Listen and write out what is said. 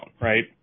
right